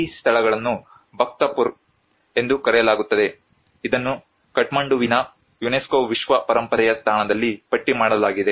ಈ ಸ್ಥಳವನ್ನು ಭಕ್ತಪುರ ಎಂದು ಕರೆಯಲಾಗುತ್ತದೆ ಇದನ್ನು ಕಠ್ಮಂಡುವಿನ ಯುನೆಸ್ಕೋ ವಿಶ್ವ ಪರಂಪರೆಯ ತಾಣದಲ್ಲಿ ಪಟ್ಟಿ ಮಾಡಲಾಗಿದೆ